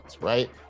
right